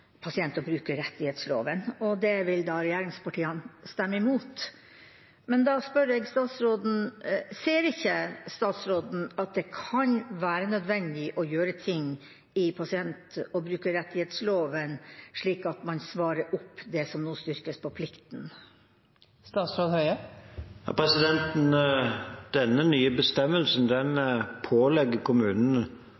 pasient- og brukerrettighetsloven. Det vil da regjeringspartiene stemme imot. Da spør jeg statsråden: Ser ikke statsråden at det kan være nødvendig å gjøre endringer i pasient- og brukerrettighetsloven, slik at man svarer opp det som nå styrkes når det gjelder plikten? Denne nye bestemmelsen